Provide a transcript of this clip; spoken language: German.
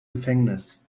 gefängnis